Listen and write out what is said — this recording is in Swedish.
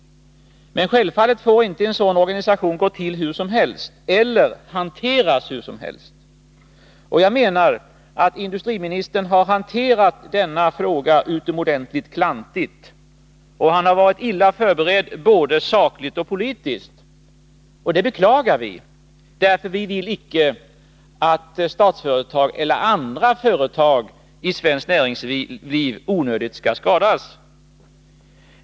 Men självfallet får inte en sådan omorganisation gå till hur som helst — eller hanteras hur som helst. Jag menar att industriministern har hanterat denna fråga utomordentligt klantigt. Han har varit illa förberedd — både sakligt och politiskt. Det beklagar vi. Vi vill icke att Statsföretag eller andra företag i svenskt näringsliv onödigt skall skadas.